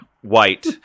white